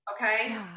Okay